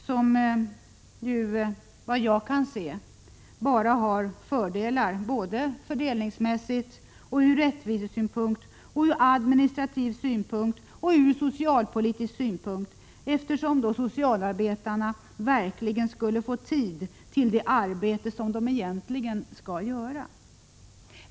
Efter vad jag kan se har detta bara fördelar, både fördelningsmässigt, ur rättvisesynpunkt, ur administrativ synpunkt och ur socialpolitisk synpunkt, eftersom socialarbetarna därigenom verkligen skulle få tid för det arbete som de egentligen skall utföra.